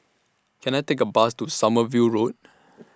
Can I Take A Bus to Sommerville Road